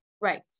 right